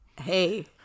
Hey